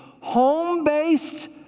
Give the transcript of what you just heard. home-based